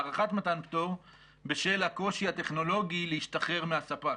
להארכת מתן פטור בשל הקושי הטכנולוגי להשתחרר מהספק